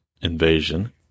invasion